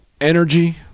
energy